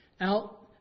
out